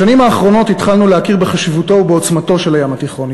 בשנים האחרונות התחלנו להכיר בחשיבותו ובעוצמתו של הים התיכון.